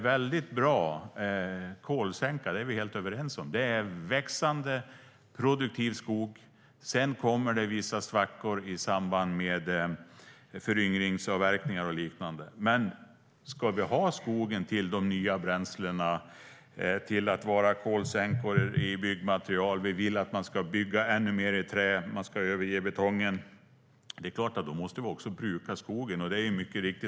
Vi är helt överens om att växande produktiv skog är en bra kolsänka. Sedan kommer det vissa svackor i samband med föryngringsavverkningar och liknande. Men om vi ska ha skogen till de nya bränslena, till att vara kolsänkor, till byggmaterial och om vi vill att man ska bygga ännu mer i trä och överge betongen är det klart att vi måste bruka skogen.